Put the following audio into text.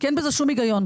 כי אין בזה שום היגיון.